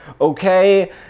okay